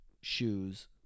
shoes